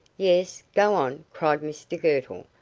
yes go on, cried mr girtle,